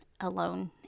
alone